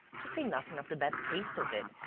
to say nothing of the bad taste of it.